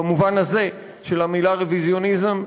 במובן הזה של המילה רוויזיוניזם,